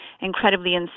incredibly